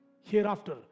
Hereafter